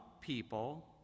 people